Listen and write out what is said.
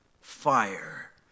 Fire